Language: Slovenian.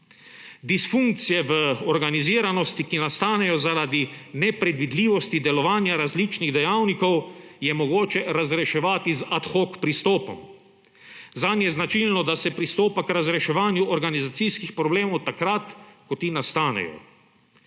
Disfunkcije v organiziranosti, ki nastanejo zaradi nepredvidljivosti delovanja različnih dejavnikov, je mogoče razreševati z ad hoc pristopom. Zanj je značilno, da se pristopa k razreševanju organizacijskih problemov takrat, ko ti nastanejo.